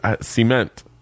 cement